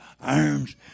arms